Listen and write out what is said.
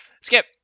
skip